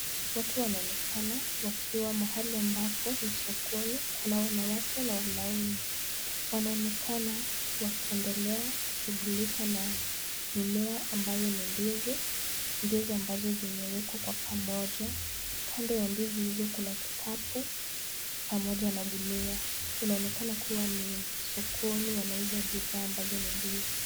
Watu wanaonekana wakiwa mahali ambapo ni sokoni. Kuna wanawake na wanaume. Wanaonekana wakiendelea kushughulika na mimea ambayo ni ndizi, ndizi ambazo zimewekwa kwa pamoja. Kando ya ndizi hizo kuna kikapu pamoja na gunia. Inaonekana kuwa ni sokoni wanauza bidhaa ambazo ni ndizi.